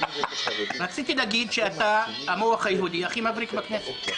רציתי להגיד שאתה המוח היהודי הכי מבריק בכנסת.